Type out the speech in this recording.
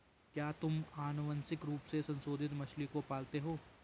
क्या तुम आनुवंशिक रूप से संशोधित मछली को पालते हो?